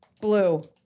Blue